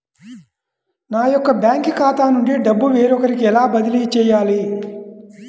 నా యొక్క బ్యాంకు ఖాతా నుండి డబ్బు వేరొకరికి ఎలా బదిలీ చేయాలి?